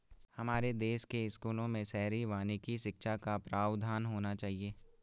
हमारे देश के स्कूलों में शहरी वानिकी शिक्षा का प्रावधान होना चाहिए